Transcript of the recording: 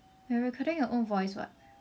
we are recording our own voice [what]